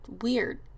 weird